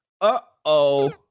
Uh-oh